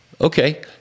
okay